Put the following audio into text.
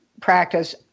practice